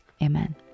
Amen